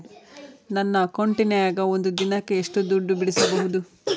ನನ್ನ ಅಕೌಂಟಿನ್ಯಾಗ ಒಂದು ದಿನಕ್ಕ ಎಷ್ಟು ದುಡ್ಡು ಬಿಡಿಸಬಹುದು?